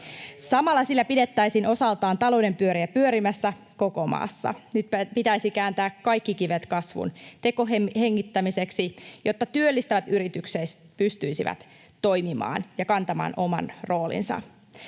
Samalla sillä pidettäisiin osaltaan talouden pyöriä pyörimässä koko maassa. Nyt pitäisi kääntää kaikki kivet kasvun tekohengittämiseksi, jotta työllistävät yritykset pystyisivät toimimaan ja kantamaan oman roolinsa.